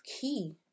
key